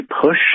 push